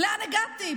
לאן הגעתי?